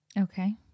Okay